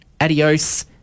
Adios